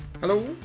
Hello